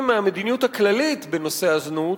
מהמדיניות הכללית המודרנית בנושא הזנות,